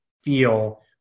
feel